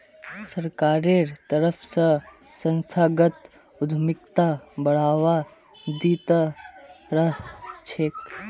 सरकारेर तरफ स संस्थागत उद्यमिताक बढ़ावा दी त रह छेक